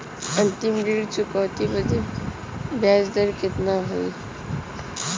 अंतिम ऋण चुकौती बदे ब्याज दर कितना होई?